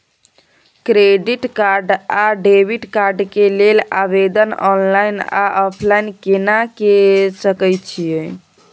Credit card आ debit card के लेल आवेदन ऑनलाइन आ ऑफलाइन केना के सकय छियै?